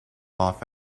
off